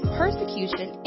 persecution